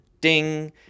ding